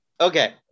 Okay